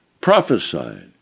Prophesied